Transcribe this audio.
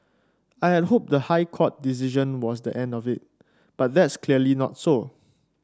I had hoped the High Court decision was the end of it but that's clearly not so